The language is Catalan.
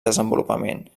desenvolupament